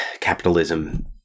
capitalism